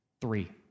Three